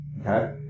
Okay